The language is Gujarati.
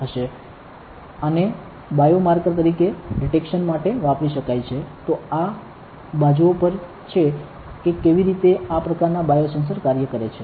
આને બાયોમાર્કર તરીકે ડિટેકશન માટે વાપરી શકાય છે તો આ બાજુઓ પર છે કે કેવી રીતે આ પ્રકારના બાયો સેન્સર કાર્ય કરે છે